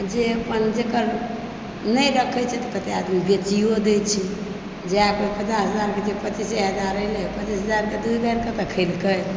आ जे अपन जेकर नहि रखैत छै तऽ कते आदमी अपन बेचियो दै छै जाए अपन पचास हजारके छै तऽ पचीसे हजार एलै पचीस हजारके तऽ दुध गायके खैलकै